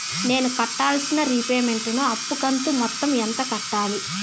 నేను కట్టాల్సిన రీపేమెంట్ ను అప్పు కంతు మొత్తం ఎంత కట్టాలి?